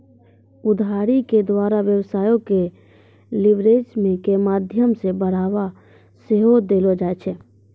उधारी के द्वारा व्यवसायो के लीवरेज के माध्यमो से बढ़ाबा सेहो देलो जाय छै